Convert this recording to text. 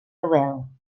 nobel